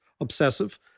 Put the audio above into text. obsessive